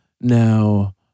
Now